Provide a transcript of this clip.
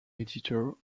editor